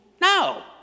No